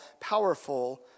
powerful